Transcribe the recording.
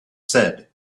said